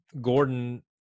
Gordon